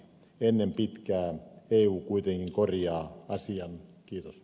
ennen pitkää eu kuitenkin korjaa asian kiitos